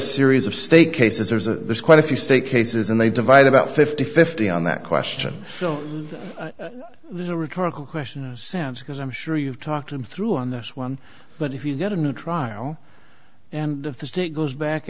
series of state cases there's a there's quite a few state cases and they divide about fifty fifty on that question so there's a rhetorical question sam because i'm sure you've talked him through on this one but if you get a new trial and if the state goes back